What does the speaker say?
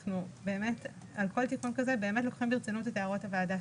אנחנו באמת לוקחים ברצינות את הערות הוועדה.